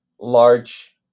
large